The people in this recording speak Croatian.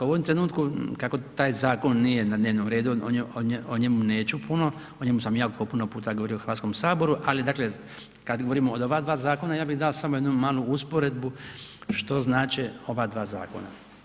U ovom trenutku kako taj zakon nije na dnevnom redu, o njemu neću puno, o njemu smo jako puno puta govorio u Hrvatskom saboru ali dakle kad govorimo o ova dva zakona ja bih dao samo jednu malu usporedbu što znače ova dva zakona.